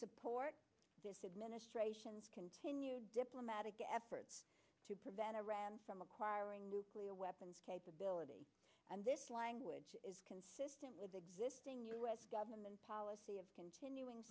support this administration's continued diplomatic efforts to prevent iran from acquiring nuclear weapons capability and this language is consistent with existing u s government policy of continuing